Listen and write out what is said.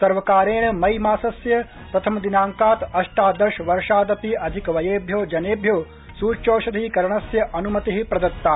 सर्वकारेण मई मासस्य प्रथमादिनांकात् अष्टादशवर्षादपि अधिकवयेभ्यो जनेभ्यो सूच्यौषधीकरणस्य अन्मति प्रदत्ता